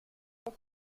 mais